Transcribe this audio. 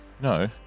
no